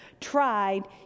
tried